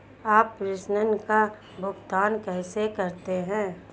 आप प्रेषण का भुगतान कैसे करते हैं?